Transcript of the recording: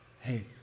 hey